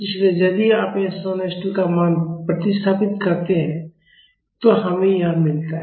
इसलिए यदि आप s 1 और s 2 का मान प्रतिस्थापित करते हैं तो हमें यह मिलता है